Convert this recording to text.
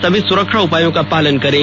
सभी सुरक्षा उपायों का पालन करें